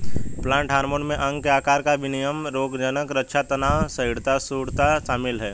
plant hormone में अंग के आकार का विनियमन रोगज़नक़ रक्षा तनाव सहिष्णुता शामिल है